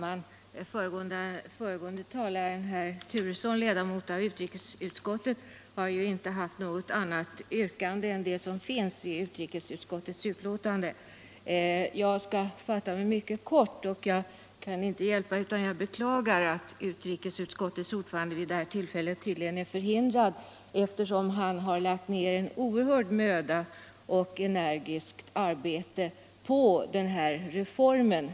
Herr talman! Den föregående talaren herr Turesson, ledamot av utrikesutskottet, har ju inte något annat yrkande än utrikesutskottets. Jag skall fatta mig kort. Jag kan inte underlåta att beklaga att utrikesutskottets ordförande vid detta tillfälle är förhindrad att närvara. Han har nämligen lagt ned en oerhörd möda och ett energiskt arbete på denna reform.